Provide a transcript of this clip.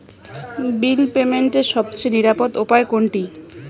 বিল পেমেন্টের সবচেয়ে নিরাপদ উপায় কোনটি?